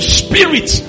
spirit